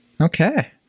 Okay